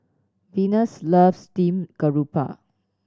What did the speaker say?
Venus loves steamed garoupa